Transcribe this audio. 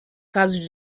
casos